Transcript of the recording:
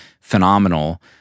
phenomenal